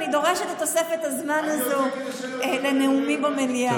אני דורשת את תוספת הזמן הזו לנאומים במליאה.